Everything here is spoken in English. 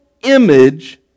image